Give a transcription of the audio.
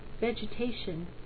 vegetation